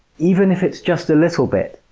even if it's just a little bit!